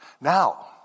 Now